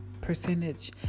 percentage